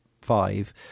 five